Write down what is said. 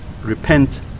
repent